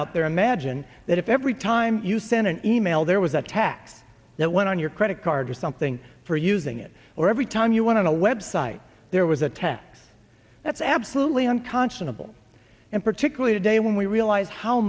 out there imagine that if every time you sent an email there was a tax that went on your credit card or something for using it or every time you went to website there was a tax that's absolutely unconscionable and particularly today when we realize how